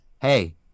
hey